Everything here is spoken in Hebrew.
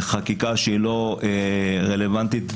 חקיקה שלא רלוונטית